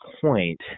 point